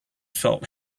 felt